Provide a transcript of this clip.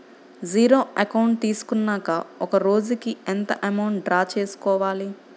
Zero account తీసుకున్నాక ఒక రోజుకి ఎంత అమౌంట్ డ్రా చేసుకోవాలి?